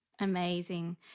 Amazing